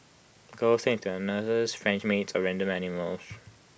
girls turn into their nurses French maids or random animals